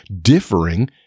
differing